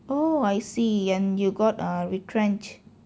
oh I see and you got ah retrench